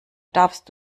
darfst